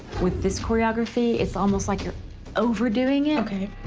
with this choreography it's almost like your overdoing it. okay.